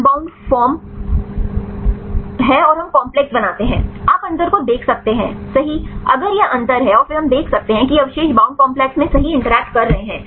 तो यह unbound form है और हम कॉम्प्लेक्स बनाते हैं आप अंतर को देख सकते हैं सहीअगर यह अंतर है और फिर हम देख सकते हैं कि ये अवशेष बाउंड कॉम्प्लेक्स में सही इंटरैक्ट कर रहे हैं